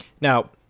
now